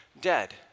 dead